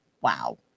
wow